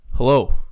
Hello